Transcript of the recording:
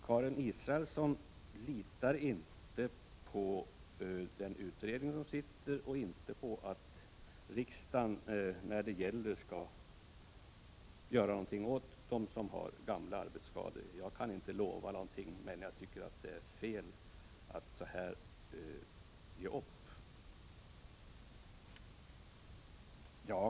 Karin Israelsson litar inte på den utredning som sitter och inte på att riksdagen skall göra någonting åt dem som har gamla arbetsskador. Jag kan inte lova någonting, men jag tycker att det är fel att ge upp så här.